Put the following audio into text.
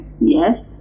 Yes